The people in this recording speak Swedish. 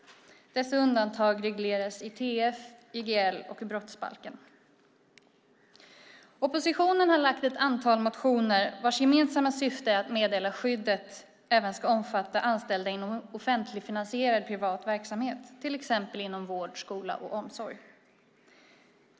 Dessa undantag regleras i TF, YGL och i brottsbalken. Oppositionen har lagt ett antal motioner vars gemensamma syfte är att meddelarskyddet även ska omfatta anställda inom offentligfinansierad privat verksamhet, till exempel inom vård, skola och omsorg.